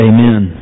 Amen